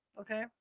Okay